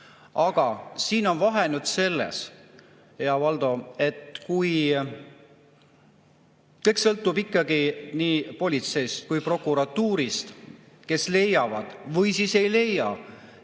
Aga siin on vahe selles, hea Valdo, et kõik sõltub ikkagi nii politseist kui ka prokuratuurist, kes leiavad või siis ei leia,